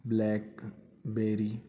blackberry